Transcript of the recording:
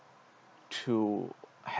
through